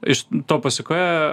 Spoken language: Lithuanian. iš to pasekoje